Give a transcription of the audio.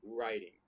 writing